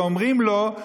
ואומרים לו,